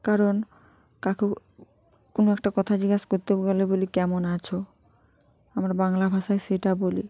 কারণ কাকেও কোনও একটা কথা জিজ্ঞাসা করতে গেলে বলি কেমন আছো আমার বাংলা ভাষায় সেটা বলি